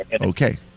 Okay